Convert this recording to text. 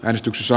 äänestyksessä